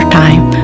time